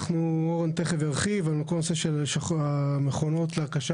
אורן תיכף ירחיב על כל הנושא של המכונות להרכשה